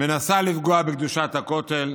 מנסה לפגוע בקדושת הכותל,